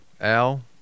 Al